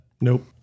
Nope